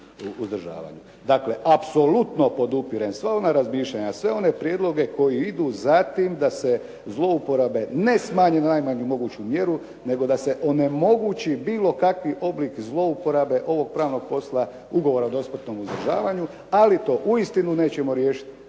Dakle, apsolutno podupirem sva ona razmišljanja, sve one prijedloge koji idu za tim da se zlouporabe ne smanje na najmanju moguću mjeru nego da se onemogući bilo kakvi oblik zlouporabe ovog pravnog posla ugovora o dosmrtnom uzdržavanju, ali to uistinu nećemo riješiti